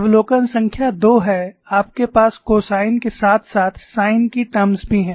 अवलोकन संख्या दो है आपके पास कोसाइन के साथ साथ साइन की टर्म्स भी हैं